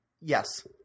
yes